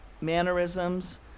mannerisms